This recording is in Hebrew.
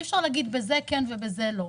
אי אפשר להגיד בזה כן ובזה לא.